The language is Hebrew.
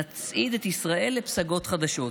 נצעיד את ישראל לפסגות חדשות.